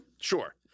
Sure